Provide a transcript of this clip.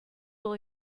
will